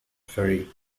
ferry